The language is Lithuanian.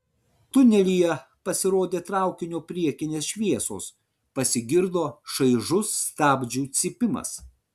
tunelyje pasirodė traukinio priekinės šviesos pasigirdo šaižus stabdžių cypimas